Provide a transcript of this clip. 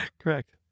Correct